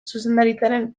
zuzendaritzaren